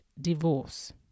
divorce